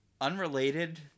unrelated